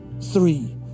three